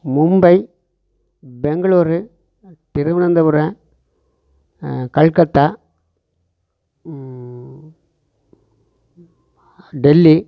Mumbai Bengaluru Thiruvananthapuram Calcutta Delhi